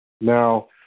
Now